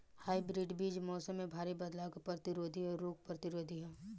hybrid बीज मौसम में भारी बदलाव के प्रतिरोधी और रोग प्रतिरोधी ह